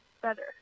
better